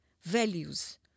values